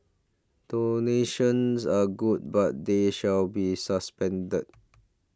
donations are good but they shall be suspended